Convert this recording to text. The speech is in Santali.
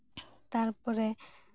ᱛᱟᱨᱯᱚᱨᱮ